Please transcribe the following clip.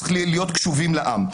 צריכים להיות קשובים לעם.